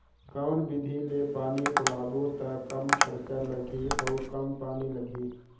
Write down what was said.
कौन विधि ले पानी पलोबो त कम खरचा लगही अउ कम पानी लगही?